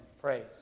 praise